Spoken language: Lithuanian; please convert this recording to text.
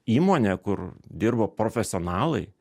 įmonė kur dirba profesionalai